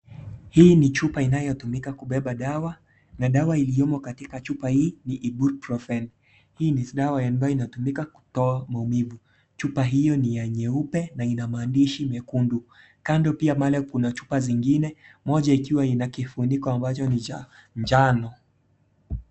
Hii ni chua inayo tumika kubeba dawa, na dawa iliyomo, katika chupa hii ni IBUPROFENI, hii ni dawa inayotumika kutoa maumivu, chupa iyo niya nyeupe na ina maandishi mekundu kando pia pale kuna chupa zingine moja ikiwa ina kifuniko ambacho ni cha njano.